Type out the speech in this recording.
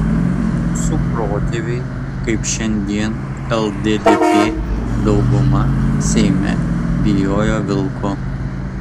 mūsų protėviai kaip šiandien lddp dauguma seime bijojo vilko